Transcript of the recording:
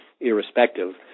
irrespective